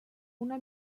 una